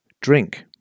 Drink